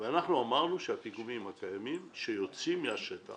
אנחנו אמרנו שהפיגומים הקיימים שיוצאים מהשטח